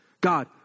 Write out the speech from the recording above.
God